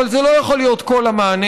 אבל זה לא יכול להיות כל המענה.